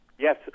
Yes